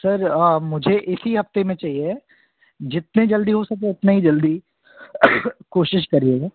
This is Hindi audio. सर मुझे इसी हफ्ते में चहिए जितनी जल्दी हो सके उतना ही जल्दी काेशिश करिएगा